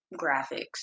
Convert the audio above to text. graphics